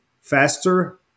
faster